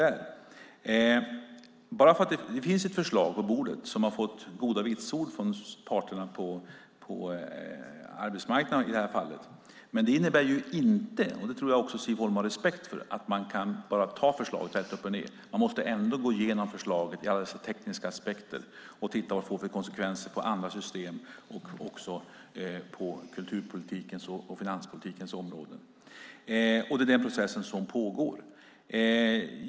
Det finns visserligen ett förslag som har fått goda vitsord från parterna på arbetsmarknaden, men det innebär inte - det har säkert Siv Holma respekt för - att man kan ta förslaget rätt upp och ned. Man måste gå igenom förslaget ur alla tekniska aspekter och se vilka konsekvenser det får på andra system och på kulturpolitikens och finanspolitikens område. Den processen pågår.